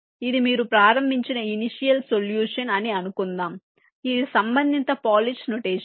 ఇది మీరు ప్రారంభించిన ఇనిషియల్ సొల్యూషన్ అని అనుకుందాం ఇది సంబంధిత పోలిష్ నొటేషన్